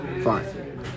Fine